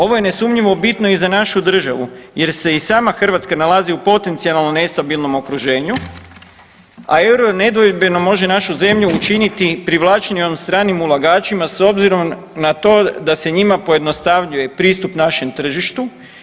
Ovo je nesumnjivo bitno i za našu državu jer se i sama Hrvatska nalazi u potencijalno nestabilnom okruženju, a euro nedvojbeno može našu zemlju učiniti privlačnijom stranim ulagačima s obzirom na to da se njima pojednostavljuje pristup našem tržištu.